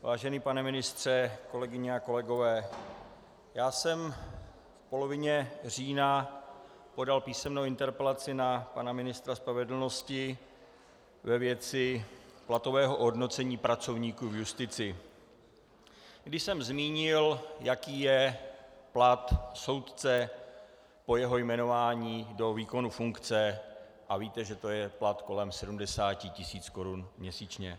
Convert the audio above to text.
Vážený pane ministře, kolegyně a kolegové, já jsem v polovině října podal písemnou interpelaci na pana ministra spravedlnosti ve věci platového ohodnocení pracovníků v justici, když jsem zmínil, jaký je plat soudce po jeho jmenování do výkonu funkce, a víte, že je to plat kolem 70 tisíc korun měsíčně.